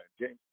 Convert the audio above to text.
James